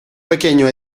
pequeño